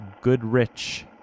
Goodrich